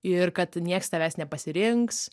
ir kad nieks tavęs nepasirinks